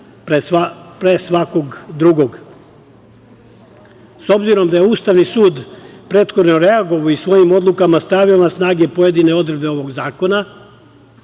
pre svakog drugog.S obzirom da je Ustavni sud prethodno reagovao i svojim odlukama stavio na snagu pojedine odredbe ovog zakona,